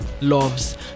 loves